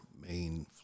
main